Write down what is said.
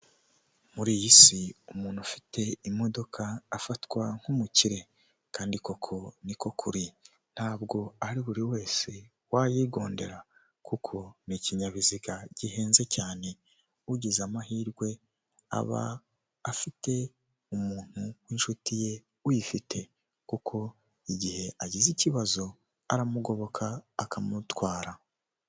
Muri iyi si umuntu ufite imodoka afatwa nk'umukire kandi koko niko kuri ntabwo ari buri wese wayigondera kuko ni ikinyabiziga gihenze cyane ugize amahirwe aba afite umuntu w'inshuti ye uyifite kuko igihe agize ikibazo aramugoboka akamutwara .